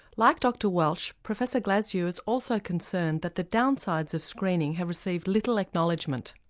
like dr welch, professor glasziou is also concerned that the downsides of screening have received little acknowledgment.